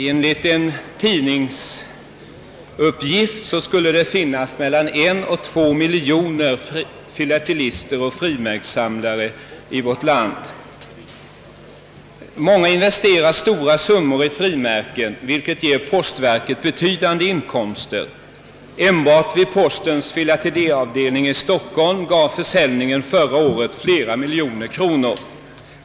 Enligt en tidningsuppgift skulle det finnas mellan en och två miljoner filatelister och frimärkssamlare i vårt land. Många investerar stora summor i frimärken, vilket ger postverket betydande inkomster. Enbart vid postens filateliavdelning i Stockholm gav försäljningen förra året flera miljoner kronor.